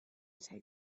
take